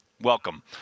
Welcome